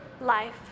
life